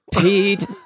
Pete